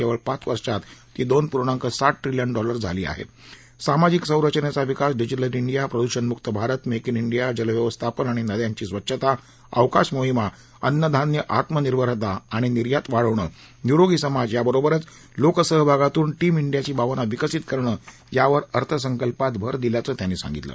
क्खिळ पाच वर्षात ती दोन पूर्णांक सात ट्रिलियन डॉलर तिकी झाली आह सामाजिक संरचनघा विकास डिजिटल डिया प्रदूषणमुक्त भारत मक्त उं डिया जलव्यवस्थापन आणि नद्यांची स्वच्छता अवकाश मोहिमा अन्नधान्य आत्मनिर्भरता आणि निर्यात वाढवणं निरोगी समाज याबरोबरच लोकसहभागातून टीम डियाची भावना विकसित करणं यावर अर्थसंकल्पात भर दिल्याचं त्या म्हणाल्या